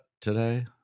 today